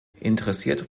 interessiert